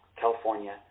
California